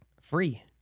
free